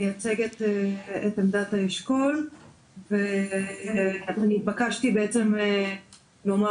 מייצגת את עמדת האשכול ואני התבקשתי בעצם לומר